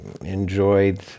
enjoyed